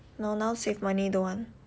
no now save money don't want